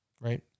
Right